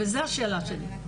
זאת השאלה שלי.